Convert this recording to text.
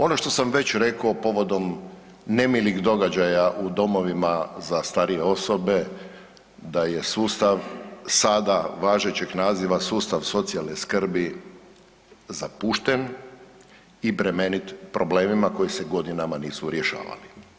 Ono što sam već reko povodom nemilih događaja u domovima za starije osobe da je sustav sada važećeg naziva sustav socijalne skrbi zapušten i bremenit problemima koji se godinama nisu rješavali.